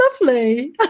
lovely